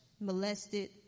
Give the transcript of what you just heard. molested